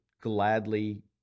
gladly